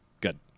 Good